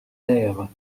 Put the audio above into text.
leyre